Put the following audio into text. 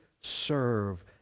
serve